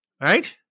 Right